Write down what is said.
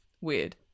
weird